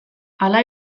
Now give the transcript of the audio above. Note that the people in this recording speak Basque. hala